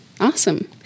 awesome